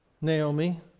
Naomi